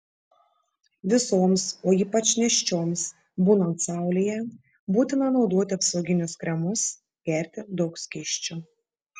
visoms o ypač nėščioms būnant saulėje būtina naudoti apsauginius kremus gerti daug skysčių